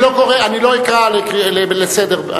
אני לא אקרא לסדר,